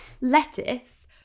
lettuce